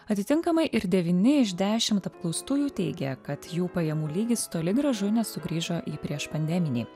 atitinkamai ir devyni iš dešimt apklaustųjų teigia kad jų pajamų lygis toli gražu nesugrįžo į prieš pandeminį